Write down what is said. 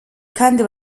kandi